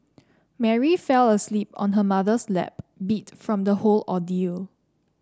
Mary fell asleep on her mother's lap beat from the whole ordeal